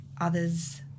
others